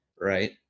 right